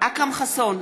אכרם חסון,